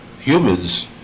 humans